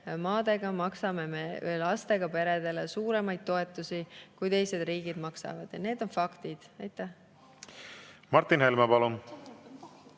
Me maksame lastega peredele suuremaid toetusi, kui teised riigid maksavad. Need on faktid. Martin Helme, palun!